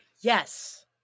Yes